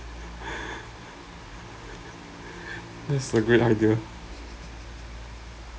this is a great idea